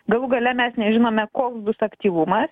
galų gale mes nežinome koks bus aktyvumas